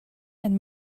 and